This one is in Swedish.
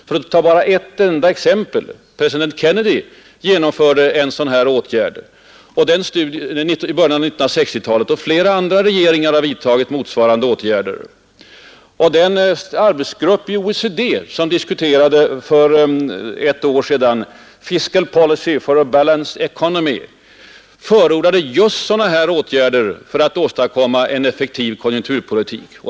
Som exempel kan nämnas, att president Kennedy genomförde en sådan här åtgärd i början av 1960-talet, och flera andra regeringar har vidtagit motsvarande åtgärder. Den arbetsgrupp i OECD, som för ett år sedan utgav sin studie Fiscal Policy for a Balanced Economy, förordade just sådana här åtgärder för att åstadkomma en effektiv konjunkturpolitik.